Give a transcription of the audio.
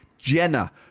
jenna